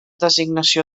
designació